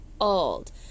old